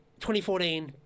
2014